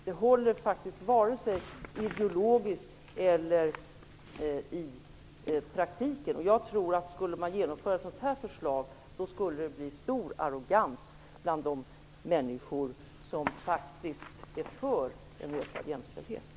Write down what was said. Detta håller faktiskt vare sig ideologiskt eller praktiskt. Jag tror att det skulle bli stor arrogans bland de människor som är för en ökad jämställdhet om ett sådant här förslag genomfördes.